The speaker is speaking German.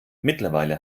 mittlerweile